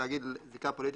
להגיע זיקה פוליטית,